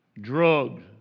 drugs